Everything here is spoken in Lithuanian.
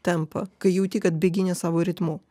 tempą kai jauti kad bėgi ne savo ritmu